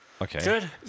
Okay